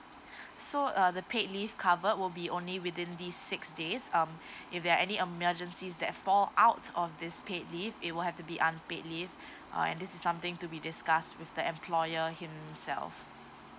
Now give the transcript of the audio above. so uh the paid leave covered will be only within these six days um if there are any emergency that fall out of this paid leave it will have to be unpaid leave uh and this is something to be discussed with the employer himself